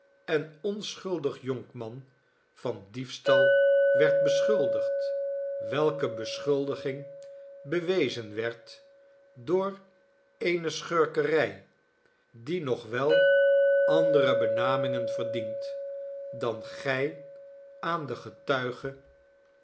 en onschuldig jonkman van diefstal werd beschuldigd welke beschuldiging bewezen werd door eene schurkerij die nog wel andere benamingen verdient dan gij aan de getuige